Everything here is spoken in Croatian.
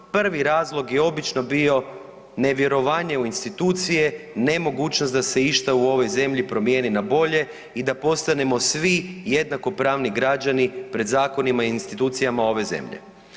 Prvi razlog je obično bio nevjerovanje u institucije, nemogućnost da se išta u ovoj zemlji promijeni na bolje i da postanemo svi jednakopravni građani pred zakonima i institucijama ove zemlje.